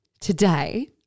today